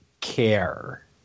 care